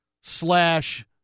slash